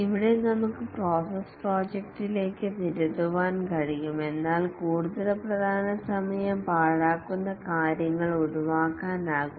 ഇവിടെ നമുക്ക് പ്രോസസ് പ്രോജക്റ്റിലേക്ക് തിരുത്തുവാൻ കഴിയും എന്നാൽ കൂടുതൽ പ്രധാനം സമയം പാഴാക്കുന്ന കാര്യങ്ങൾ ഒഴിവാക്കാനാകും